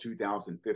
2015